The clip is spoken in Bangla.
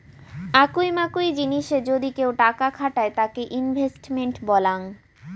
আকুই মাকুই জিনিসে যদি কেউ টাকা খাটায় তাকে ইনভেস্টমেন্ট বলাঙ্গ